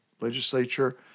legislature